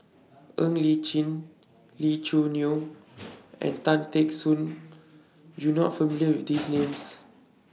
Ng Li Chin Lee Choo Neo and Tan Teck Soon YOU Are not familiar with These Names